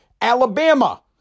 Alabama